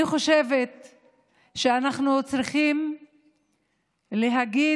אני חושבת שאנחנו צריכים להגיד